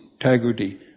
integrity